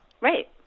Right